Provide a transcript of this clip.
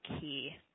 key